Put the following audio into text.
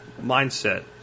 mindset